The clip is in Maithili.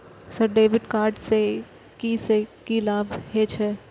सर डेबिट कार्ड से की से की लाभ हे छे?